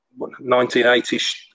1980s